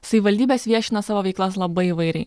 savivaldybės viešina savo veiklas labai įvairiai